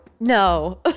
No